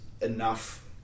enough